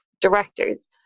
directors